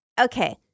okay